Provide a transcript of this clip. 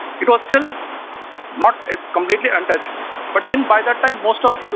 it was still not completely untouched but in by that time most of,